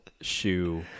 shoe